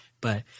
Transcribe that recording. but-